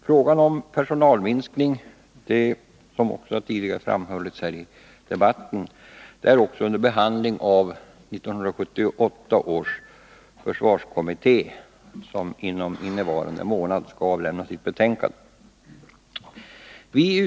Frågan om personalminskningar är, som har framhållits tidigare under debatten, också under behandling i 1978 års försvarskommitté, som avser att avlämna sitt betänkande innevarande månad.